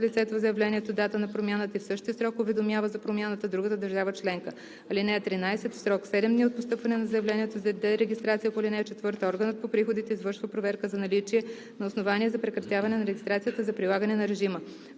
лицето в заявлението дата на промяната, и в същия срок уведомява за промяната другата държава членка. (13) В срок 7 дни от постъпване на заявлението за дерегистрация по ал. 4 органът по приходите извършва проверка за наличие на основание за прекратяване на регистрацията за прилагане на режима.